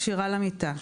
קשירה למיטה,